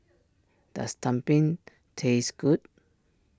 does Tumpeng taste good